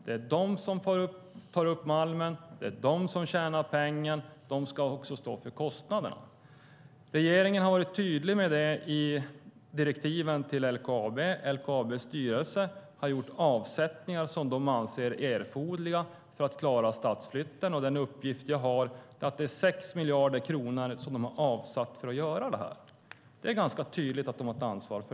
Det är de som tar upp malmen och tjänar pengarna, så de ska också stå för kostnaden. Regeringen har varit tydlig med det i direktiven till LKAB. LKAB:s styrelse har gjort de avsättningar som den anser erforderliga för att klara stadsflytten. Den uppgift jag har är att det är 6 miljarder kronor avsatta för detta. Det är alltså tydligt att LKAB har ett ansvar.